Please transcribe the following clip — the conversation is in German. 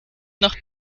noch